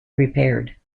repaired